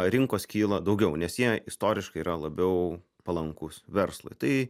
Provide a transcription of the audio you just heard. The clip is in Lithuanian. rinkos kyla daugiau nes jie istoriškai yra labiau palankūs verslui tai